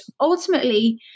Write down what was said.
ultimately